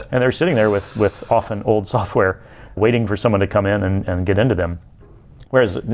and they're sitting there with with often old software waiting for someone to come in and and get into them whereas,